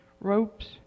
ropes